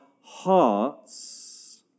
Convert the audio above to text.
hearts